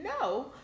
no